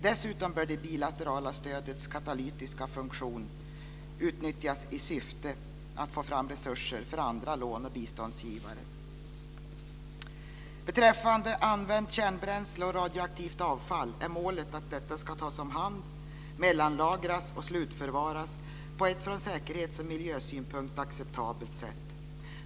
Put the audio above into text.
Dessutom bör det bilaterala stödets katalytiska funktion utnyttjas i syfte att ta fram resurser för andra lån och biståndsgivare." Beträffande använt kärnbränsle och radioaktivt avfall är målet att detta ska tas om hand, mellanlagras och slutförvaras på ett från säkerhets och miljösynpunkt acceptabelt sätt.